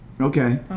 Okay